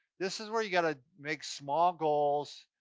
this is where you gotta make small goals,